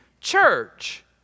church